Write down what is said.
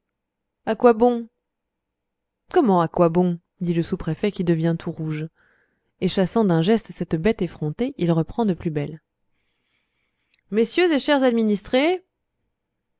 à quoi bon comment à quoi bon dit le sous-préfet qui devient tout rouge et chassant d'un geste cette bête effrontée il reprend de plus belle messieurs et chers administrés